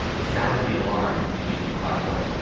he sounded the alarm in the houston chronicle.